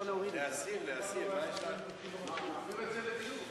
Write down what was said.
דיון במליאה?